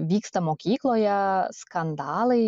vyksta mokykloje skandalai